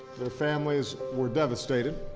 their families were devastated,